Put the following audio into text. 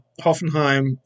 Hoffenheim